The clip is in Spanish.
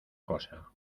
cosa